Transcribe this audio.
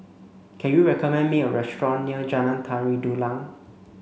can you recommend me a restaurant near Jalan Tari Dulang